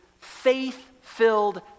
faith-filled